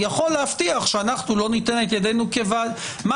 אני יכול להבטיח שאנחנו לא ניתן את ידינו כוועדה מה